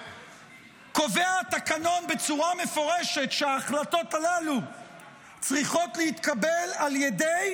קובע התקנון בצורה מפורשת שההחלטות הללו צריכות להתקבל על ידי